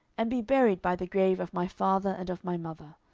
and be buried by the grave of my father and of my mother.